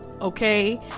okay